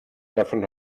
davon